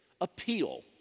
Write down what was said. appeal